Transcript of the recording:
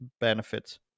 benefits